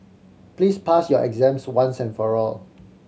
please pass your exams once and for all